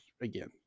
again